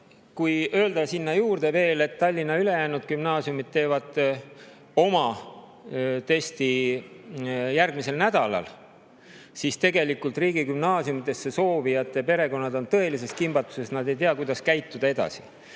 Kui öelda sinna juurde veel, et Tallinna ülejäänud gümnaasiumid teevad oma testi järgmisel nädalal, siis tegelikult riigigümnaasiumidesse soovijate perekonnad on tõelises kimbatuses, nad ei tea, kuidas käituda edasi.